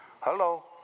Hello